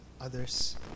others